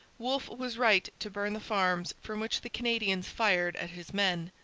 wolfe was right to burn the farms from which the canadians fired at his men.